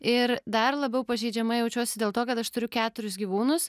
ir dar labiau pažeidžiama jaučiuosi dėl to kad aš turiu keturis gyvūnus